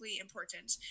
important